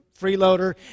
freeloader